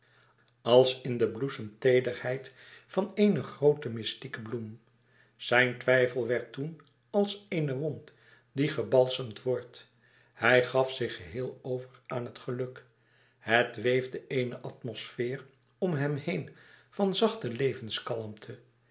als in de bloesemteederheid van éene groote mystieke bloem zijn twijfel werd toen als eene wond die gebalsemd wordt hij gaf zich geheel over aan het geluk het weefde eene atmosfeer om hem heen van